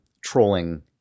trolling